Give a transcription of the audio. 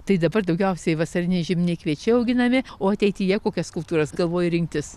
tai dabar daugiausiai vasariniai žieminiai kviečiai auginami o ateityje kokias kultūras galvoji rinktis